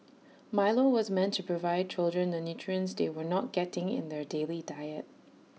milo was meant to provide children the nutrients they were not getting in their daily diet